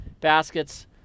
baskets